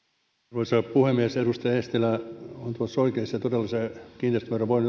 arvoisa puhemies edustaja eestilä on tuossa oikeassa että todella se kiinteistövero voi